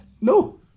No